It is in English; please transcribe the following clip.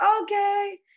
okay